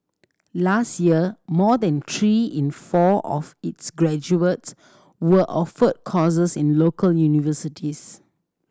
last year more than three in four of its graduates were offered courses in local universities